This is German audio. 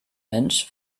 mensch